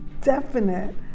definite